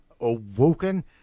awoken